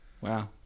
Wow